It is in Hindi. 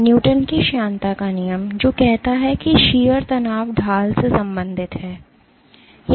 तो न्यूटन की श्यानता का नियम है जो कहता है कि शीयर तनाव ढाल से संबंधित है